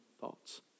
thoughts